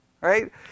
Right